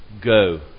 Go